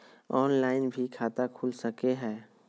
Online भी खाता खूल सके हय?